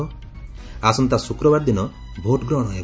ଆସନ୍ତା ଶ୍ରକ୍ରବାର ଦିନ ଭୋଟ୍ଗ୍ରହଣ ହେବ